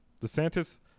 DeSantis